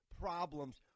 problems